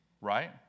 right